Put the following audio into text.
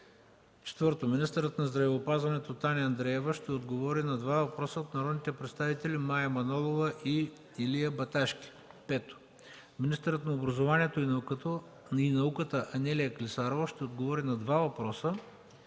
4. Министърът на здравеопазването Таня Андреева-Райнова ще отговори на два въпроса от народните представители Мая Манолова и Илия Баташки. 5. Министърът на образованието и науката Анелия Клисарова ще отговори на два въпроса